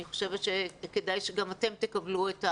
אני חושבת שכדאי שגם אתם תקבלו.